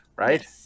Right